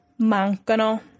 mancano